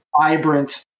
vibrant